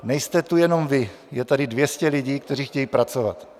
Nejste tu jenom vy, je tady 200 lidí, kteří chtějí pracovat.